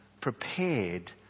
prepared